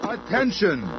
Attention